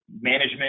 Management